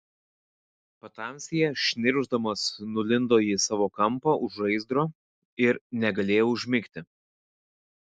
patamsyje šnirpšdamas nulindo į savo kampą už žaizdro ir negalėjo užmigti